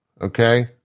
Okay